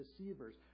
deceivers